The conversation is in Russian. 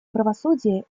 правосудие